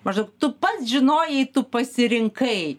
maždaug tu pats žinojai tu pasirinkai